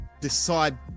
decide